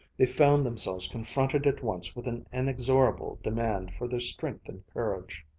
they found themselves confronted at once with an inexorable demand for their strength and courage.